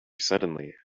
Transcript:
suddenly